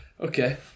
Okay